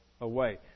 away